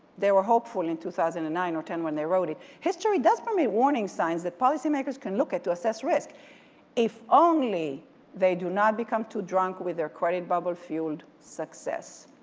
they were hopeful in two thousand and nine or ten when they wrote wrote it, history does permeate warning signs that policymakers can look at to assess risk if only they do not become too drunk with their credit bubble fueled success.